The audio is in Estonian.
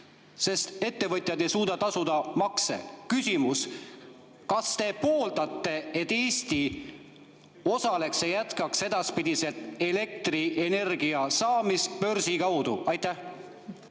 sest ettevõtjad ei suuda tasuda makse. Küsimus: kas te pooldate seda, et Eesti osaleks [börsil] ja jätkaks edaspidigi elektrienergia saamist börsi kaudu? Aitäh,